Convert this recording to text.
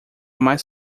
mais